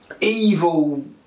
evil